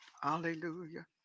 hallelujah